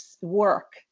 work